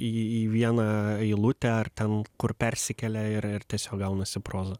į vieną eilutę ar ten kur persikelia ir ir tiesiog gaunasi proza